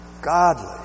godly